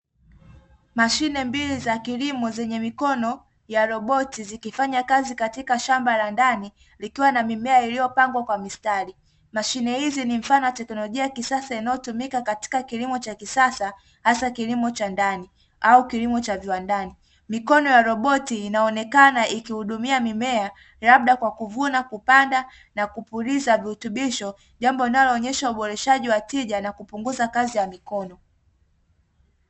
Mashine mbili za kilimo zenye mikono ya roboti zikifanya kazi katika shamba la ndani likiwa na mimea iliyopangwa kwa mistari. Mashine hizi ni mfano wa teknolojia ya kisasa inayotumika katika kilimo cha kisasa hasa kilimo cha ndani au kilimo cha viwandani. Mikono ya roboti inaonekana ikihudumia mimea labda kwa kuvuna, kupanda na kupuliza virutubisho jambo linaloonyesha uboreshaji wa tija na kupunguza kazi ya mikono.